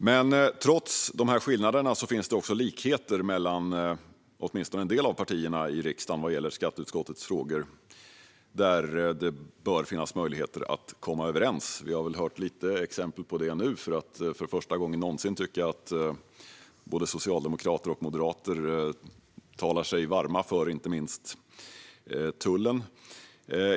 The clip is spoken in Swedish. Men trots skillnaderna finns det också likheter mellan åtminstone en del av partierna i riksdagen vad gäller skatteutskottets frågor, och där bör det finnas möjligheter att komma överens. Vi har hört lite exempel på det nu, för för första gången någonsin tycker jag att både socialdemokrater och moderater talar sig varma för inte minst tullen.